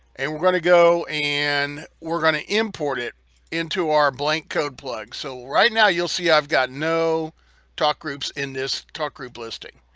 and we're gonna go and we're gonna import it into our blank code plug, so right now you'll see i've got no talk groups in this talk group listing,